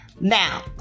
Now